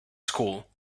school